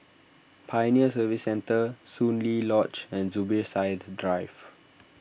Pioneer Service Centre Soon Lee Lodge and Zubir Said Drive